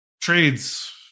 Trades